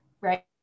right